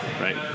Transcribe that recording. Right